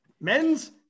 Men's